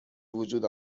بوجود